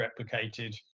replicated